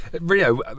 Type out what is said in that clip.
Rio